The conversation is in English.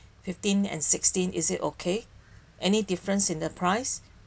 fifteenth and sixteenth is it okay any difference in the price